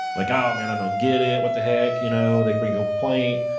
like, oh man, i don't get it. what the heck. you know they bring a complaint,